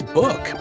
book